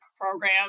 program